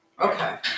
Okay